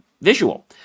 visual